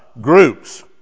groups